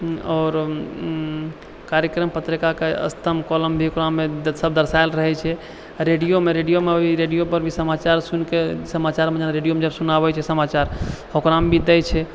आओर कार्यक्रम पत्रिकाके स्तंभ कॉलम भी ओकरामे सब दर्शायल रहै छै रेडियोमे रेडियोपर भी समाचार सूनिके समाचारमे जेना रेडियोमे जब सुनाबै छै समाचार ओकरामे भी दै छै